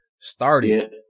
started